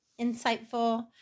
insightful